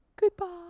Goodbye